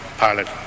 pilot